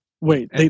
wait